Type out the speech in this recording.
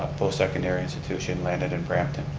post secondary institution landed in brampton.